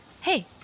Hey